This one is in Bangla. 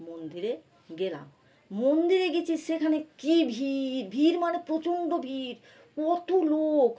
মন্দিরে গেলাম মন্দিরে গেছি সেখানে কি ভিড় ভিড় মানে প্রচণ্ড ভিড় কত লোক